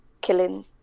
killing